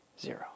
Zero